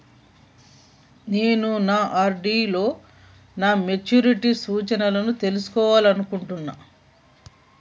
నేను నా ఆర్.డి లో నా మెచ్యూరిటీ సూచనలను తెలుసుకోవాలనుకుంటున్నా